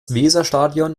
weserstadion